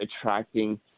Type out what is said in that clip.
attracting